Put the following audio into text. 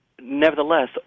Nevertheless